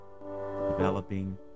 developing